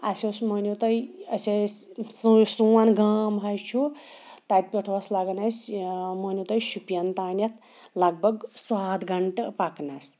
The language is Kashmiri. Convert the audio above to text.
اَسہِ اوس مٲنِو تُہۍ أسۍ ٲسۍ سٲ سون گام حظ چھُ تَتہِ پٮ۪ٹھ اوس لَگان اَسہِ مٲنِو تُہۍ شُپیَن تانمَتھ لگ بگ سُواد گںٛٹہٕ پَکنَس